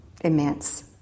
immense